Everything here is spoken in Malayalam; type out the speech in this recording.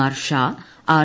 R Shah R